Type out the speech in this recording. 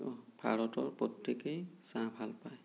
ভাৰতৰ প্ৰত্যেকেই চাহ ভাল পায়